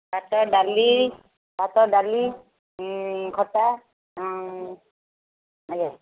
ଭାତ ଡାଲି ଭାତ ଡାଲି ଖଟା ଆଜ୍ଞା